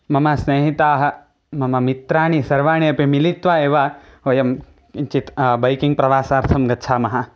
मम स्नेहिताः मम मित्राणि सर्वाणि अपि मिलित्वा एव वयं किञ्चित् बैकिङ्ग् प्रवासार्थं गच्छामः